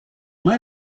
might